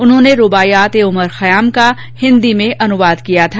उन्होंने रूबाइयात ए Omar Khayyam का हिन्दी में अनुवाद किया था